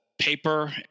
paper